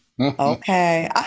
Okay